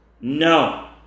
No